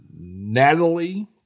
Natalie